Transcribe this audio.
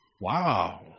Wow